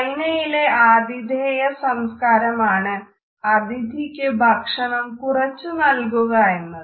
ചൈനയിലെ ആതിഥേയ സംസ്കാരമാണ് അതിഥിക്ക് ഭക്ഷണം കുറച്ചു നല്കുക എന്നത്